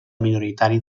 minoritari